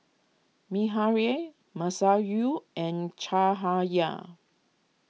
Masayu and Cahaya